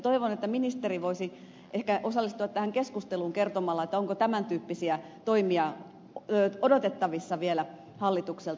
toivon että ministeri voisi ehkä osallistua tähän keskusteluun kertomalla onko tämän tyyppisiä toimia odotettavissa vielä hallitukselta